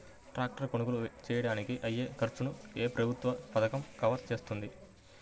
Tractor కొనుగోలు చేయడానికి అయ్యే ఖర్చును ఏ ప్రభుత్వ పథకం కవర్ చేస్తుంది?